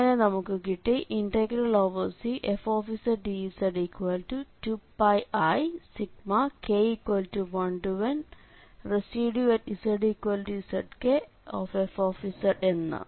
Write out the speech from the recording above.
അങ്ങനെ നമുക്ക് കിട്ടി Cfzdz2πik1nReszzkf എന്ന്